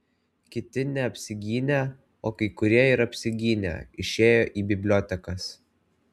kiti neapsigynę o kai kurie ir apsigynę išėjo į bibliotekas